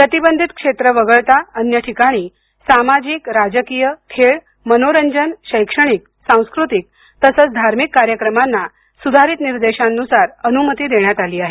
प्रतिबंधित क्षेत्र वगळता अन्य ठिकाणी सामाजिक राजकीय खेळ मनोरंजन शैक्षणिक सांस्कृतिक तसंच धार्मिक कार्यक्रमांना सुधारित निर्देशांनुसार अनुमती देण्यात आली आहे